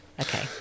Okay